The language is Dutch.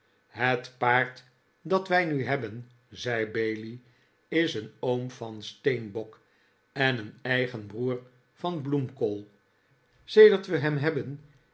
het paard dat wij nu hebben zei bailey r is een oom van steenbok en een eigen broer van bloemkool sedert we hem hebben